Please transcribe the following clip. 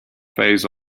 phase